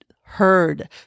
heard